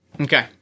Okay